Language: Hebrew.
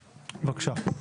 בבקשה.